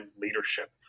leadership